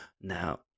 Now